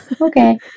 Okay